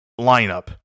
lineup